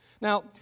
Now